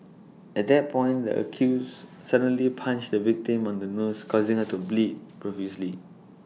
at that point the accused suddenly punched the victim on the nose causing her to bleed profusely